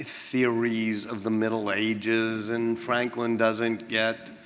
theories of the middle ages. and franklin doesn't get,